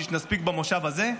כדי שנספיק במושב הזה,